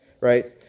right